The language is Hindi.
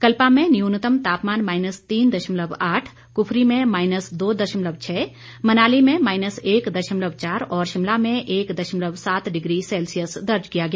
कल्पा में न्यूनतम तापमान माईनस तीन दशमलव आठ कुफरी में माईनस दो दशमलव छः मनाली में माईनस एक दशमलव चार और शिमला में एक दशमलव सात डिग्री सैल्सियस दर्ज किया गया